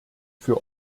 für